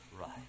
right